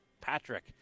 Patrick